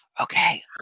Okay